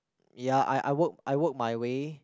ya I I worked I worked my way